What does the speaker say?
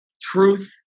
truth